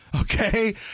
Okay